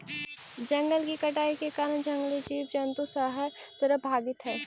जंगल के कटाई के कारण जंगली जीव जंतु शहर तरफ भागित हइ